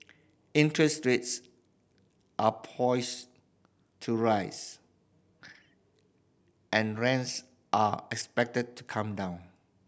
interest rates are poised to rise and rents are expected to come down